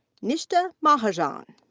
nishtha mahajan.